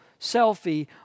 selfie